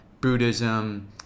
Buddhism